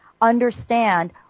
understand